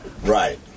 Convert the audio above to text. Right